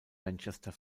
manchester